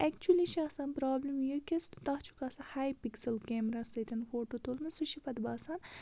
اٮ۪کچُلی چھِ آسان پرابلِم یہِ کہِ تَتھ چھُکھ آسان ہاے پِکسَل کیمرا سۭتۍ فوٹو تُلمُت سُہ چھُ پَتہٕ باسان